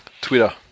Twitter